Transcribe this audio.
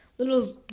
little